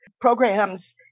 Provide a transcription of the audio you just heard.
programs